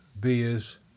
beers